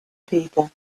people